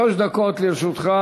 שלוש דקות לרשותך.